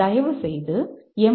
தயவுசெய்து எம்